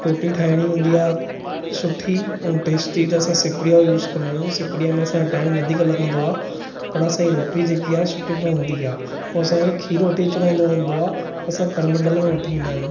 रोटी ठाहिणी हूंदी आहे सुठी ऐं टेस्टी त असां सिपरीअ जो यूज़ कंदा आहियूं सिपरीअ में असांखे टाइम वधीक लॻंदो आहे पर असांजी रोटी जेकि आहे सुठी ठहींदी आहे ऐं असांखे खीर वठी अचिणो हूंदो आहे असां करमंडल में वठी ईंदा आहियूं